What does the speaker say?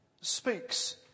speaks